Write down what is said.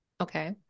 Okay